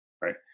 right